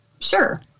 Sure